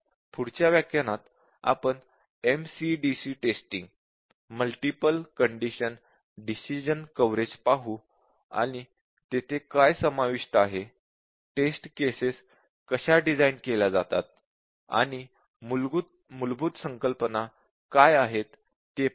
पुढच्या व्याख्यानात आपण MCDC testing multiple condition decision coverage पाहू आणि तेथे काय समाविष्ट आहे टेस्ट केसेस कशा डिझाइन केल्या जातात आणि मूलभूत संकल्पना काय आहेत ते पाहू